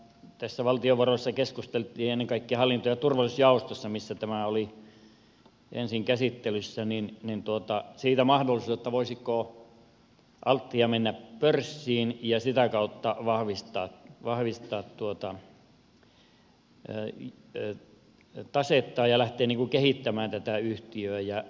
valtiovaroissa keskusteltiin ennen kaikkea hallinto ja turvallisuusjaostossa missä tämä oli ensin käsittelyssä siitä mahdollisuudesta voisiko altia mennä pörssiin ja sitä kautta vahvistaa tasettaan ja lähteä kehittämään yhtiötä